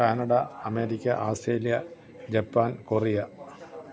Canada America Australia Japan Korea